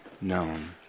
known